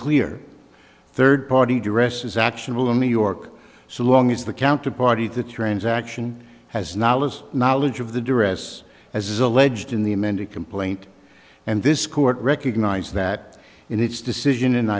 clear third party dress is actionable in new york so long as the counterparty the transaction has knowledge knowledge of the duress as is alleged in the amended complaint and this court recognized that in its decision and